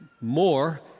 more